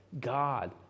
God